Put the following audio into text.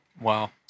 Wow